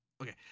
okay